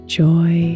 joy